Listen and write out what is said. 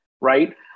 Right